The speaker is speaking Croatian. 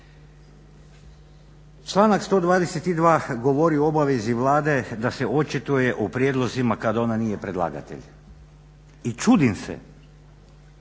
Članak 122 govori o obavezi Vlade da se očituje o prijedlozima kada ona nije predlagatelj. I čudim se